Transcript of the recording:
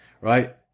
Right